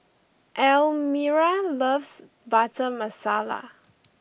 Almyra loves Butter Masala